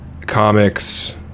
comics